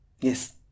Yes